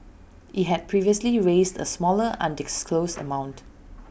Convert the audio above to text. IT had previously raised A smaller undisclosed amount